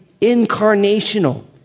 incarnational